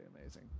amazing